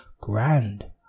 Grand